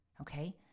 Okay